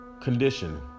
condition